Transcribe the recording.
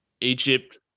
Egypt